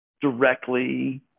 directly